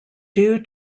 due